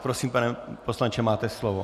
Prosím, pane poslanče, máte slovo.